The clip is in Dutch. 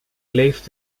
leeft